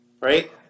right